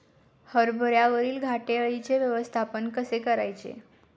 हरभऱ्यावरील घाटे अळीचे व्यवस्थापन कसे करायचे?